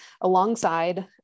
alongside